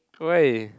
why